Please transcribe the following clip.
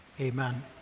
Amen